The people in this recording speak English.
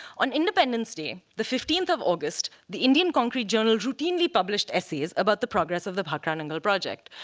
on independence day, the fifteenth of august, the indian concrete journal routinely published essays about the progress of the bhakra nangal project.